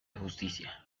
justicia